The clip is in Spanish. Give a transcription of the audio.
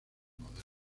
modernos